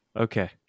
okay